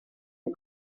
les